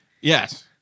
Yes